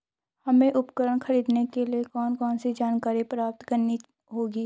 हमें उपकरण खरीदने के लिए कौन कौन सी जानकारियां प्राप्त करनी होगी?